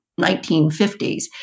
1950s